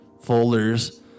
folders